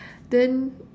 then